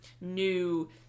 new